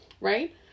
right